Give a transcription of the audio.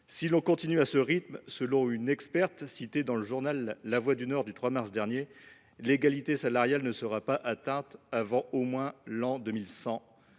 Si l’on continue à ce rythme, selon une experte citée dans le journal du 3 mars dernier, l’égalité salariale ne sera pas atteinte avant au moins l’an 2100.